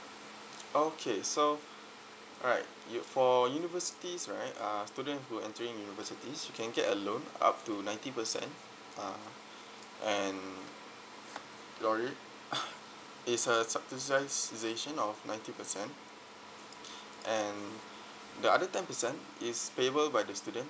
okay so alright you for universities right uh student who entering university you can get a loan up to ninety percent uh and lol~ it's subsidized of ninety percent and the other ten percent is payable by the student